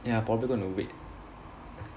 ya I probably gonna wait